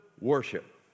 worship